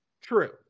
True